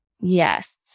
Yes